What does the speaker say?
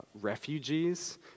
refugees